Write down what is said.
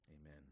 Amen